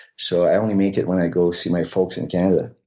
so i only make it when i go see my folks in canada.